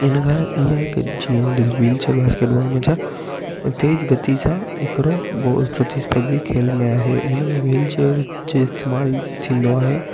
इन खां ईअं आहे की जीअं डी वीलचेयर बास्केटबॉल में छा तेजु गति सां ऐं हिकिड़ो बॉ प्रतिस्पर्धी खेल में आहे हिन में वीलचेयर जे इस्तेमालु थींदो आहे